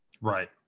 Right